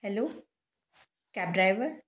hello cab driver